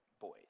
boys